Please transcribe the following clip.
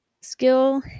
skill